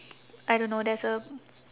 I don't know there's a